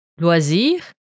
Loisirs